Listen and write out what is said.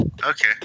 Okay